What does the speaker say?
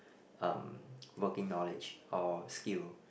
um working knowledge or skill